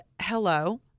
Hello